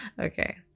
Okay